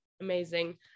Amazing